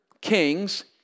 kings